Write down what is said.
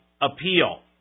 appeal